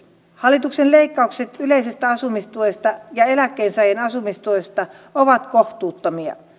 hallituksen leikkaukset yleisestä asumistuesta ja eläkkeensaajien asumistuesta ovat kohtuuttomia